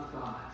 God